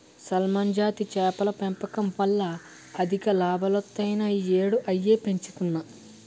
salmon జాతి చేపల పెంపకం వల్ల అధిక లాభాలొత్తాయని ఈ యేడూ అయ్యే పెంచుతన్ను